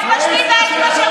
את נורבגית, אין לך שום סמכות.